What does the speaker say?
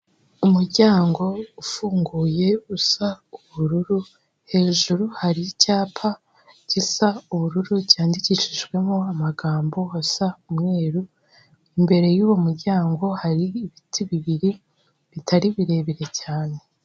Umuryango ufunguye usa ubururu, hejuru hari icyapa gisa ubururu cyandikishijwemo amagambo asa umweru, imbere y'uwo muryango hari ibiti bibiri bitari birebire cyane.